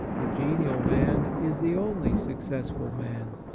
the genial man is the only successful man.